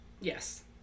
Yes